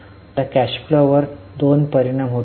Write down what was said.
तर त्यांचा cash flow वर दोन परिणाम होईल